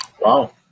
Wow